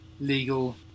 legal